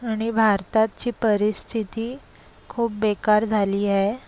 आणि भारताची परिस्थिती खूप बेकार झाली आहे